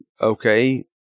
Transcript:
Okay